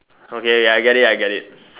okay ya I get it I get it